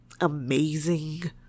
amazing